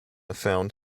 found